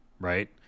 right